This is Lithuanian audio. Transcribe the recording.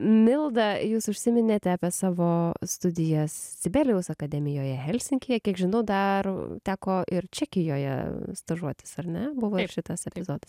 milda jūs užsiminėte apie savo studijas sibelijaus akademijoje helsinkyje kiek žinau dar teko ir čekijoje stažuotis ar ne buvo ir šitas epizodas